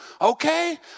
Okay